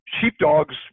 sheepdogs